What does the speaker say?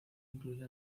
incluye